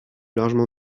largement